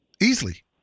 Easily